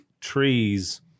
trees